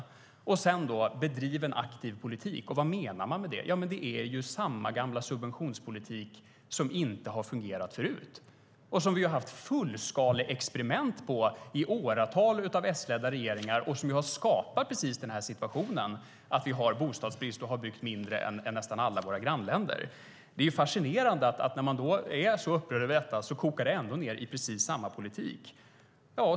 Sedan heter det att det ska bedrivas en aktiv politik. Vad menar man med det? Det är samma gamla subventionspolitik som inte har fungerat förut. Vi har haft fullskaleexperiment under åratal av S-ledda regeringar och har skapat precis den situationen med bostadsbrist och mindre byggande än nästan alla våra grannländer. Det är fascinerande att när man är så upprörd att det ändå kokar ned i precis samma politik.